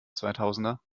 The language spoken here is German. zweitausender